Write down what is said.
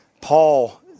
Paul